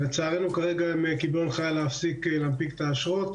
לצערנו כרגע הם קיבלו הנחיה להפסיק להנפיק את האשרות